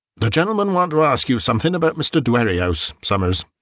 the gentlemen want to ask you something about mr. dwerrihouse, somers,